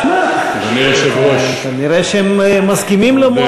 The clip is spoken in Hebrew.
שמע, כנראה שהם מסכימים למועמדת.